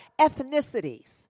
ethnicities